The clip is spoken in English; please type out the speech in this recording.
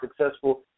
successful